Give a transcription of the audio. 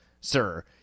sir